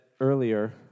earlier